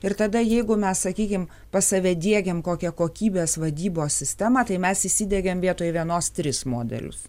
ir tada jeigu mes sakykim pas save diegiam kokią kokybės vadybos sistemą tai mes įsidiegėm vietoj vienos tris modelius